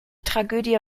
tragödie